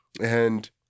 And-